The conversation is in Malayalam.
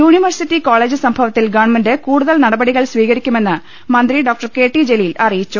യൂണിവേഴ്സിറ്റി കോളേജ് സംഭവത്തിൽ ഗവണ്മെന്റ് കൂടുതൽ നടപടികൾ സ്വീകരിക്കുമെന്ന് മന്ത്രി ഡോക്ടർ കെ ടി ജലീൽ അറിയിച്ചു